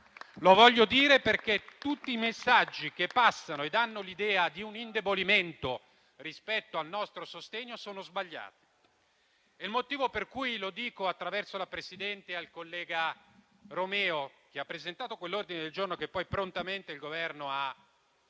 Lo voglio dire perché tutti i messaggi che passano e danno l'idea di un indebolimento rispetto al nostro sostegno sono sbagliati. Lo dico, attraverso la Presidente, al collega Romeo, che ha presentato quell'ordine del giorno che poi prontamente il Governo ha cambiato